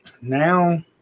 Now